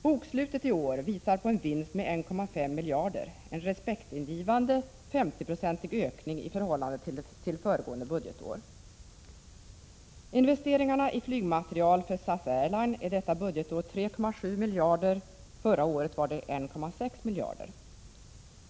Bokslutet i år visar en vinst på 1,5 miljarder kronor, en respektingivande 50-procentig ökning i förhållande till föregående budgetår. Investeringarna i flygmateriel för SAS Airline uppgår detta budgetår till 3,7 miljarder; förra året var de 1,6 miljarder.